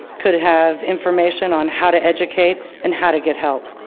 could have information on how to educate and how to get help.